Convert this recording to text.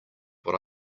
what